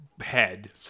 head